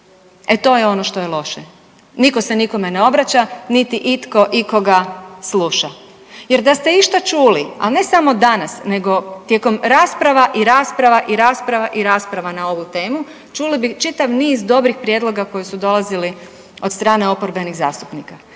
E, to je ono što je loše. Nitko se nikome ne obraća niti itko ikoga sluša jer da ste išta čuli, a ne samo danas, nego tijekom rasprava i rasprava i rasprava i rasprava na ovu temu, čuli bi čitav niz dobrih prijedloga koji su dolazili od strane oporbenih zastupnika.